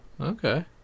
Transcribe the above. okay